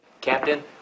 Captain